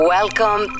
Welcome